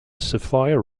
sapphire